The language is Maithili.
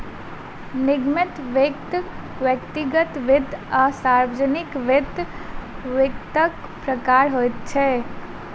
निगमित वित्त, व्यक्तिगत वित्त आ सार्वजानिक वित्त, वित्तक प्रकार होइत अछि